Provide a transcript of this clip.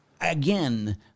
Again